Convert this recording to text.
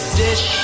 dish